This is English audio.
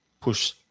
push